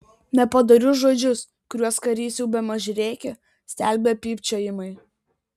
nepadorius žodžius kuriuos karys jau bemaž rėkė stelbė pypčiojimai